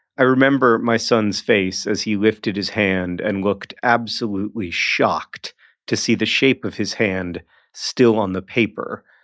i remember my son's face as he lifted his hand and looked absolutely shocked to see the shape of his hand still on the paper,